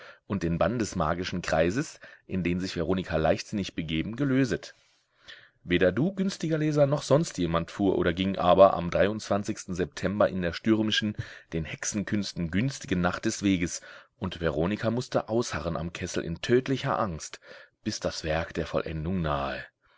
und den bann des magischen kreises in den sich veronika leichtsinnig begeben gelöset weder du günstiger leser noch sonst jemand fuhr oder ging aber am dreiundzwanzigsten september in der stürmischen den hexenkünsten günstigen nacht des weges und veronika mußte ausharren am kessel in tödlicher angst bis das werk der vollendung nahe